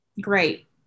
great